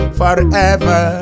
forever